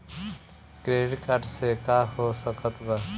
Credit card से का हो सकइत बा?